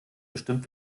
bestimmt